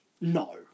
no